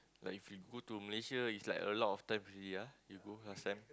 like if you go to Malaysia is like a lot of times already ah you go last time